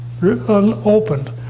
unopened